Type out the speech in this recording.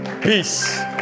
peace